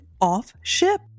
off-ship